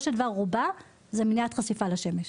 של דבר מדובר ברובה על מניעה של חשיפה מהשמש,